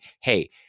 hey